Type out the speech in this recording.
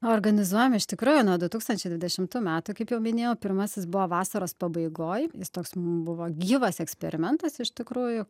organizuojam iš tikrųjų nuo du tūkstančiai dvidešimtų metų kaip jau minėjau pirmasis buvo vasaros pabaigoj jis toks mum buvo gyvas eksperimentas iš tikrųjų